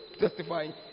testifying